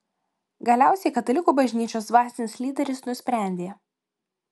galiausiai katalikų bažnyčios dvasinis lyderis nusprendė